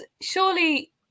surely